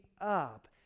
up